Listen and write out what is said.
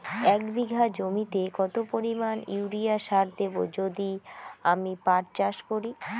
এক বিঘা জমিতে কত পরিমান ইউরিয়া সার দেব যদি আমি পাট চাষ করি?